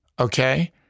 okay